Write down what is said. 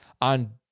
on